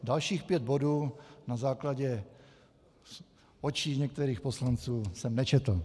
Dalších pět bodů jsem na základě očí některých poslanců nečetl .